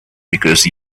because